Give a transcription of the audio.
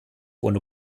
ohne